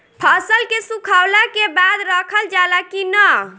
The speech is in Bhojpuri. फसल के सुखावला के बाद रखल जाला कि न?